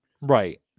Right